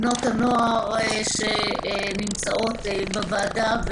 בנות הנוער שנמצאות בוועדה,